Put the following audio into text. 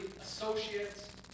associates